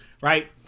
Right